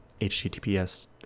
https